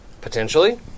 Potentially